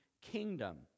kingdom